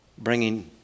bringing